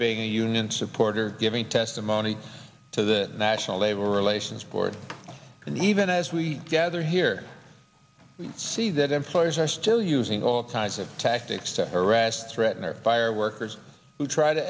being a union supporter giving test and only to the national labor relations board and even as we gather here we see that employers are still using all kinds of tactics to harass threaten or fire workers who try to